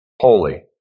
holy